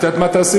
את יודעת מה יעשו?